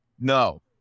No